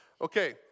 Okay